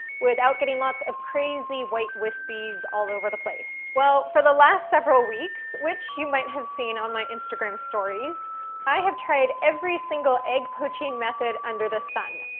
without getting lots of crazy white wispies all over the place. well, for the last several weeks, which you might have seen on my instagram stories i have tried every single egg poaching method under the sun.